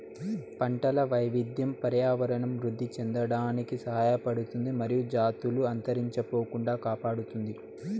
పంటల వైవిధ్యం పర్యావరణం వృద్ధి చెందడానికి సహాయపడుతుంది మరియు జాతులు అంతరించిపోకుండా కాపాడుతుంది